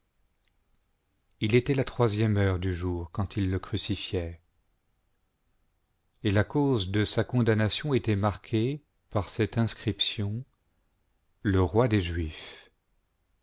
il était la troisième heure du jour quand ils le crucifié et la cause de sa condamnation était marquée par cette inscription le roi des juifs